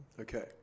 Okay